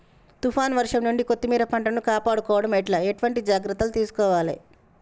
తుఫాన్ వర్షం నుండి కొత్తిమీర పంటను కాపాడుకోవడం ఎట్ల ఎటువంటి జాగ్రత్తలు తీసుకోవాలే?